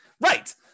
Right